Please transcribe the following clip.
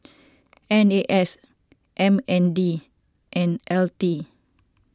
N A S M N D and L T